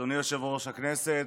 אדוני יושב-ראש הישיבה,